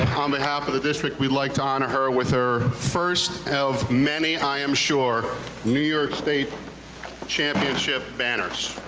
um behalf of the district, we'd like to honor her with her first of many i am sure new york state championship banners.